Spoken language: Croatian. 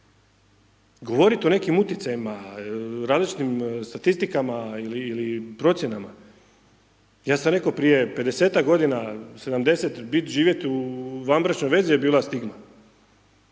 Govorit o nekim uticajima, različitim statistikama ili procjenama, ja sam rekao prije 50-ak godina, 70, bit, živjet u vanbračnoj vezi je bila stigma,